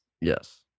yes